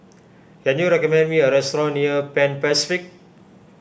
can you recommend me a restaurant near Pan Pacific